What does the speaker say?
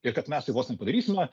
ir kad mes tai vos ne padarysime